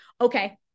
Okay